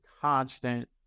constant